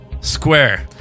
Square